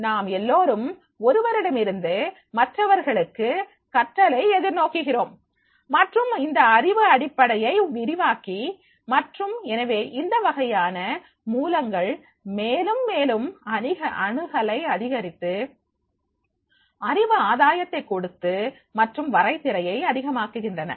நாம் எல்லோரும் ஒருவரிடமிருந்து மற்றவர்களுக்கு கற்றலை எதிர் நோக்குகிறோம் மற்றும் இந்த அறிவு அடிப்படையை விரிவாக்கி மற்றும் எனவே இந்த வகையான மூலங்கள் மேலும் மேலும் அணுகலை அதிகரித்து அறிவு ஆதாயத்தை கொடுத்து மற்றும் வரை திரையை அதிகமாக்குகின்றன